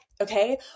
Okay